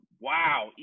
Wow